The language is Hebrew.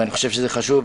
ואני חושב שזה חשוב,